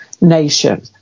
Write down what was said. nation